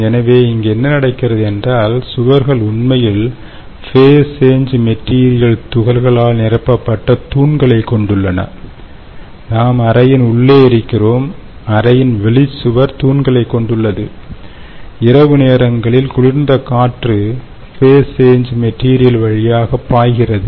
எனவே இங்கே என்ன நடக்கிறது என்றால் சுவர்கள் உண்மையில் ஃபேஸ் சேஞ் மெட்டீரியல் துகள்களால் நிரப்பப்பட்ட தூண்களைக் கொண்டுள்ளன நாம் அறையின் உள்ளே இருக்கிறோம் அறையின் வெளிச்சுவர் தூண்களை கொண்டுள்ளது இரவு நேரங்களில் குளிர்ந்த காற்று ஃபேஸ் சேஞ் மெட்டீரியல் வழியாக பாய்கிறது